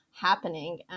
happening